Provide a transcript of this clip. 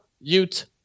Ute